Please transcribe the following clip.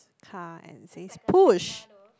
car and says push